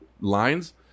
lines